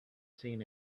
seen